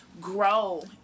grow